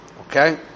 Okay